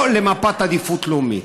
לא למפת עדיפות לאומית.